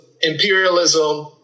imperialism